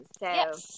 Yes